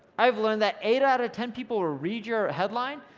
i have learned that eight out of ten people will read your headline,